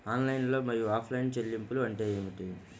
Online మరియు offline చెల్లింపులు అంటే ఏమిటి?